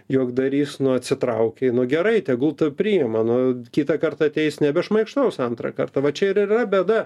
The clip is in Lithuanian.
juokdarys nu atsitraukei nu gerai tegul priima nu kitą kartą ateis nebe šmaikštaus antrą kartą va čia ir yra bėda